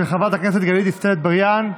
של חברת הכנסת גלית דיסטל אטבריאן.